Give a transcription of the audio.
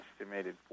estimated